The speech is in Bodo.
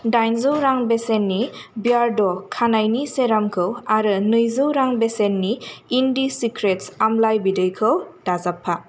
दाइनजौ रां बेसेननि बियेरड' खानायनि सेरामखौ आरो नैजौ रां बेसेननि इन्डिसिक्रेत्स आमलाइ बिदैखौ दाजाबफा